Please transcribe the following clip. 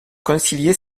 concilier